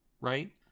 right